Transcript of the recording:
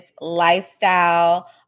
lifestyle